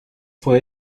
fue